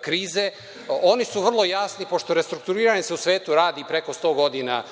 krize, oni su vrlo jasni, pošto restrukturiranje se u svetu radi preko 100 godina,